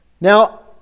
Now